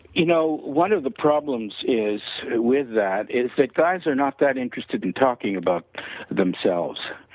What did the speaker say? you know one of the problems is with that is that guys are not that interested in talking about themselves.